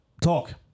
TALK